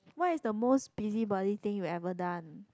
what is the most busybody thing you ever done